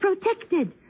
protected